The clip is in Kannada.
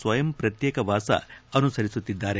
ಸ್ವಯಂ ಪ್ರತ್ಲೇಕವಾಸ ಅನುಸರಿಸುತ್ತಿದ್ದಾರೆ